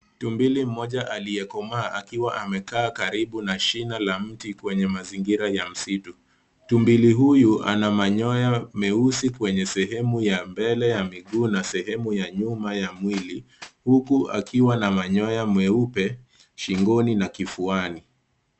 Tumbili mmoja aliyekomaa akiwa amekaa karibu na shina la mti kwenye mazingira ya msitu. Tumbili huyu ana manyoya meusi kwenye sehemu ya mbele ya miguu na sehemu ya nyuma ya mwili, huku akiwa na manyoya meupe shingoni na kifuani.